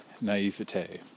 naivete